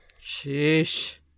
Sheesh